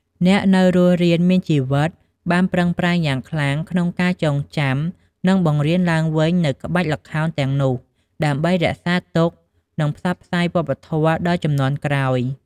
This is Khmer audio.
អ្នកនៅរស់រានមានជីវិតបានប្រឹងប្រែងយ៉ាងខ្លាំងក្នុងការចងចាំ និងបង្រៀនឡើងវិញនូវក្បាច់ល្ខោនទាំងនោះ ដើម្បីរក្សាទុក និងផ្សព្វផ្សាយវប្បធម៌ដល់ជំនាន់ក្រោយ។